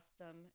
custom